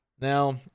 now